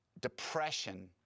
depression